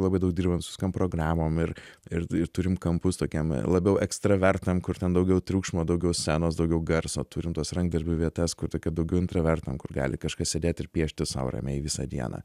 labai daug dirbam su visokiom programom ir ir ir turim kampus tokiem labiau ekstravertams kur ten daugiau triukšmo daugiau scenos daugiau garso turim tuos rankdarbių vietas kur tokie daugiau intravertam gali kažkas sėdėt ir piešti sau ramiai visą dieną